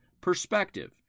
PERSPECTIVE